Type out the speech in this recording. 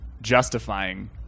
justifying